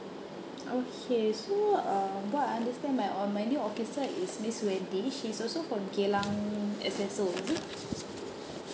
okay so um what I understand my or my new officer is miss wendy she's also from geylang S_S_O is it